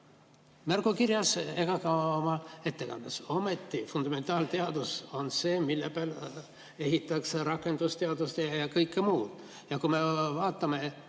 märgukirjas ega ka oma ettekandes. Ometi fundamentaalteadus on see, mille peale ehitatakse rakendusteadused ja kõik muu. Kui me vaatame,